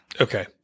Okay